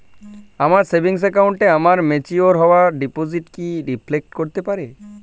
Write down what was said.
আমার সেভিংস অ্যাকাউন্টে আমার ম্যাচিওর হওয়া ডিপোজিট কি রিফ্লেক্ট করতে পারে?